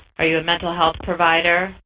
are you a mental health provider,